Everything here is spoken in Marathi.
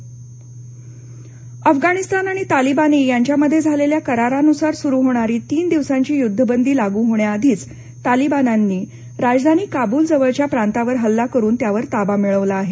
अफगाणिस्थान तालिबान अफगाणिस्थान आणि तालिबानी यांच्यामध्ये झालेल्या करारानुसार सुरू होणारी तीन दिवसांची युद्धबदी लागू होण्याआधीच तालिबान्यांनी राजधानी काबूलजवळच्या प्रांतावर हल्ला करून त्यावर ताबा मिळवला आहे